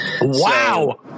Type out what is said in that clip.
Wow